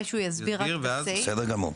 בסדר גמור.